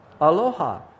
Aloha